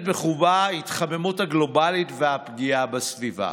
בחובן ההתחממות הגלובלית והפגיעה בסביבה.